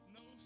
no